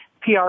PR